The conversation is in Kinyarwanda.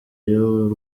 y’u